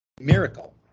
miracle